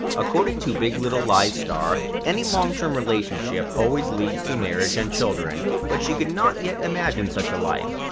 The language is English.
according to the big little lies star, any long-term relationship always leads to marriage and children, but she could not yet imagine such a life.